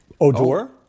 Odor